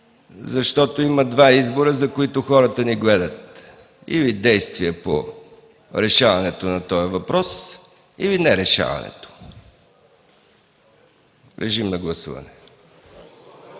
защото има два избора, за които хората ни гледат: или действия по решаването на този въпрос, или нерешаването му. Моля, гласувайте.